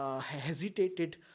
hesitated